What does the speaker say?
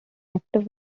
active